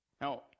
Now